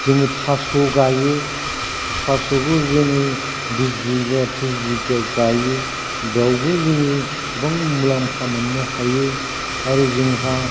जोङो थास' गायो थास'खौ जोङो बिस बिघा त्रिस बिघा गायो बेयावबो जोङो गोबां मुलाम्फा मोननो हायो आरो जोंहा